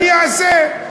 אני אעשה,